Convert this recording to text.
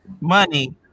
money